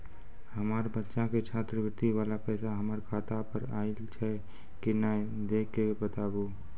हमार बच्चा के छात्रवृत्ति वाला पैसा हमर खाता पर आयल छै कि नैय देख के बताबू?